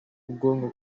ubwonko